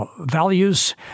values